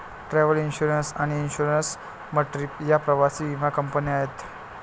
travel insurance आणि Insure My Trip या प्रवासी विमा कंपन्या आहेत